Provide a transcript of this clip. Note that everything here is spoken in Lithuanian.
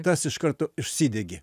tas iš karto užsidegė